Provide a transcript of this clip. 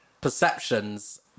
perceptions